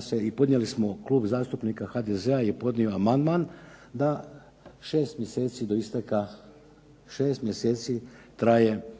se i podnijeli smo Klub zastupnika HDZ-a je podnio amandman da šest mjeseci do isteka, šest mjeseci traje dok se